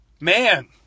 man